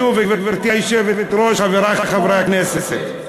שוב, גברתי היושבת-ראש, חברי חברי הכנסת, עיסאווי,